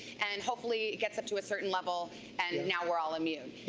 and hopefully it gets up to a certain level and now we're all immune.